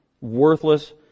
worthless